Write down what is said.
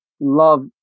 love